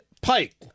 pike